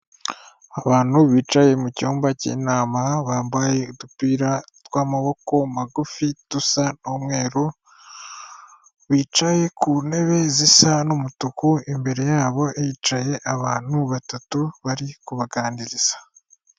Abantu bicaye mucyumba cy'intama bambaye udupira tw'amaboko magufi dusa n'umweru, bicaye ku ntebe zisa n'umutuku imbere yabo yicaye abantu batatu bari kubaganiriza.